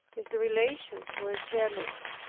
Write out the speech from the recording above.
his relations were jealous.